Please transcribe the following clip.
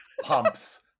pumps